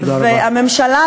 והממשלה,